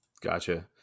Gotcha